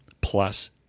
plus